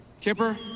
Kipper